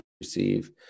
receive